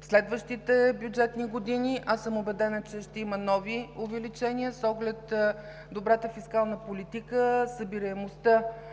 следващите бюджетни години, убедена съм, че ще има нови увеличения, с оглед добрата фискална политика, събираемостта